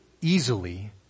easily